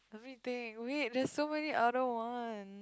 let me think wait there's so many other one